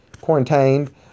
quarantined